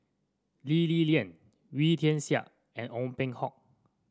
Lee Li Lian Wee Tian Siak and Ong Peng Hock